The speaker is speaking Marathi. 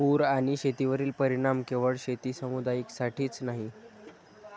पूर आणि शेतीवरील परिणाम केवळ शेती समुदायासाठीच नाही